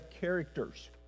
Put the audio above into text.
characters